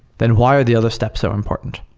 then wire the other steps so important?